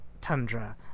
tundra